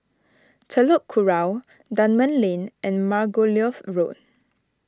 Telok Kurau Dunman Lane and Margoliouth Road